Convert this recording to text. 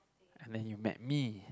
and then he met me